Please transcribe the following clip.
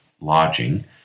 lodging